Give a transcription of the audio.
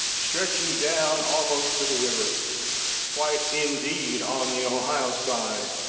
stretching down almost to the river quite, indeed, on the ohio side,